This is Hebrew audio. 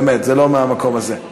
באמת, זה לא מהמקום הזה.